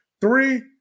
Three